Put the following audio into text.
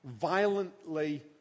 violently